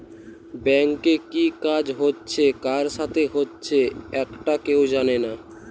ব্যাংকে কি কাজ হচ্ছে কার সাথে হচ্চে একটা কেউ জানে না